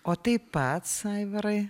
o tai pats aivarai